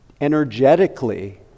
energetically